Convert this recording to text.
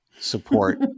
Support